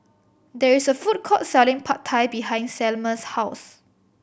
there is a food court selling Pad Thai behind Selmer's house